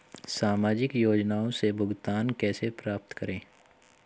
सामाजिक योजनाओं से भुगतान कैसे प्राप्त करें?